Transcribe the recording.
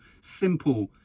simple